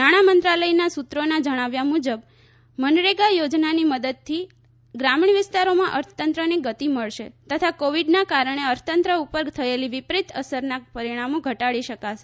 નાણાં મંત્રાલયના સૂત્રોના જણાવ્યા મુજબ મનરેગા યોજનાની મદદથી ગ્રામીણ વિસ્તારોમાં અર્થતંત્રને ગતિ મળશે તથા કોવીડના કારણે અર્થતંત્ર ઉપર થયેલી વિપરીત અસરના પરિણામો ઘટાડી શકાશે